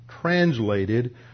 translated